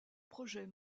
projet